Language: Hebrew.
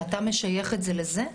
ואתה משייך את זה לזה?